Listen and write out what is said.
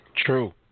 true